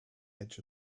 edge